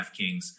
DraftKings